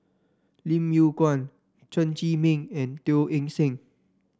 Lim Yew Kuan Chen Zhiming and Teo Eng Seng